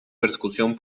persecución